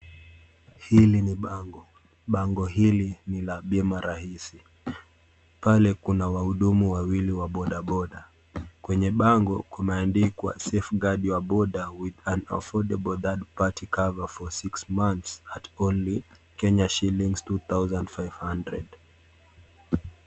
Hili ni bango, bango hili nila bima rahisi pale kuna wahudumu wawili wa bodaboda kwenye bango kumeandikwa safeguard your boda with an affordable third party cover for 6 months at only kenya sh 2500 .